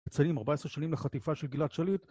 מציינים 14 שנים לחטיפה של גלעד שליט